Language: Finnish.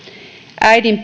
äidin